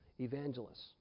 Evangelists